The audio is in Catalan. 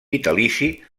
vitalici